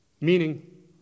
Meaning